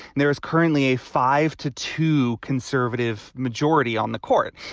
there is currently a five to two conservative majority on the court.